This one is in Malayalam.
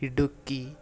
ഇടുക്കി